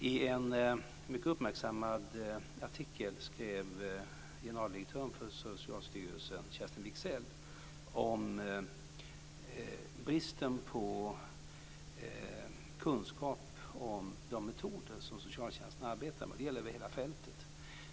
I en mycket uppmärksammad artikel skrev generaldirektören för Socialstyrelsen Kerstin Wigzell om bristen på kunskap om de metoder som socialtjänsten arbetar med, och det gäller över hela fältet.